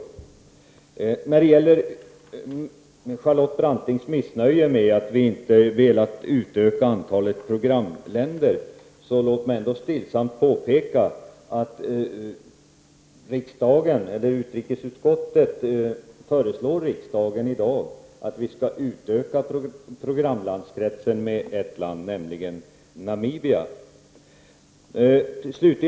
Med anledning av Charlotte Brantings missnöje med att vi inte har velat utöka antalet programländer vill jag stillsamt påpeka att utrikesutskottet i dag föreslår riksdagen att vi skall utöka programlandskretsen med ett land, Namibia.